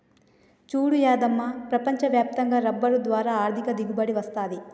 సూడు యాదమ్మ ప్రపంచ వ్యాప్తంగా రబ్బరు ద్వారా ఆర్ధిక దిగుబడి వస్తది